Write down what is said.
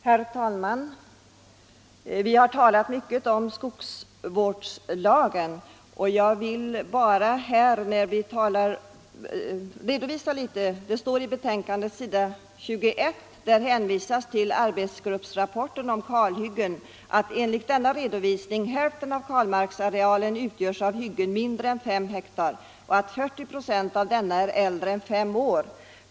Herr talman! Vi har talat mycket om skogsvårdslagen. På s. 21 i betänkandet hänvisas till arbetsgruppens rapport om kalhyggen. Av den rapporten framgår att hälften av kalmarksarealen utgörs av hyggen som är mindre än fem hektar och att 40 procent därav är äldre än fem år.